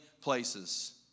places